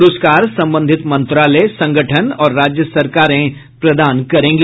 पुरस्कार संबंधित मंत्रालय संगठन और राज्य सरकारें प्रदान करेंगी